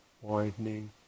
widening